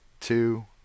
two